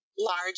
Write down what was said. Large